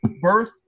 birth